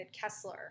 Kessler